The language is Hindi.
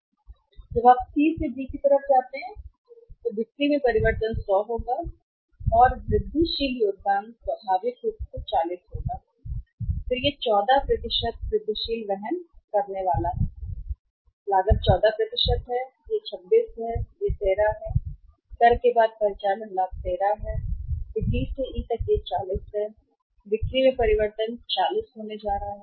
तब आप C से D तक जाते हैं जब आप C से D तक जाते हैं तो बिक्री में परिवर्तन 100 और होगा वृद्धिशील योगदान स्वाभाविक रूप से 40 होगा और फिर यह 14 वृद्धिशील वहन करने वाला है लागत 14 है यह 26 है और यह 13 है कर के बाद परिचालन लाभ 13 है और फिर डी से ई तक यह 40 है बिक्री में परिवर्तन 40 होने जा रहा है